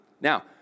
Now